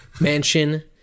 mansion